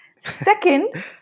Second